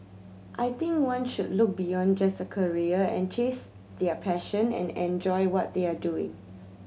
I think one should look beyond just a career and chase their passion and enjoy what they are doing